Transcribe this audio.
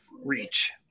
reach